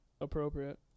appropriate